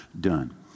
done